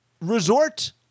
resort